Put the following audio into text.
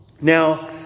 Now